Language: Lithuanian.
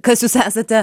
kas jūs esate